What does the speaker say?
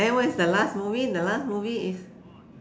then what is the last movie the last movie is